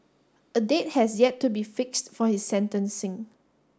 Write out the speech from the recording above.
a date has yet to be fixed for his sentencing